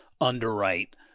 underwrite